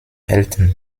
eltern